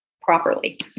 properly